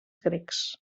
grecs